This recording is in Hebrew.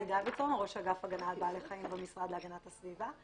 --- ראש אגף להגנה על בעלי חיים במשרד להגנת הסביבה.